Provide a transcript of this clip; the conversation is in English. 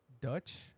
Dutch